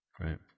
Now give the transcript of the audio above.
Right